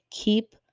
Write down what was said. keep